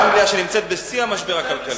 אנגליה, שנמצאת בשיא המשבר הכלכלי.